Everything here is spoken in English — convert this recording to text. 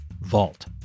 vault